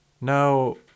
no